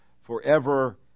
forever